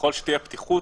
וככל שתהיה פתיחות,